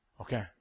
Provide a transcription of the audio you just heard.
Okay